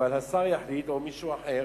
אבל השר יחליט, או מישהו אחר.